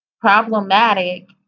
problematic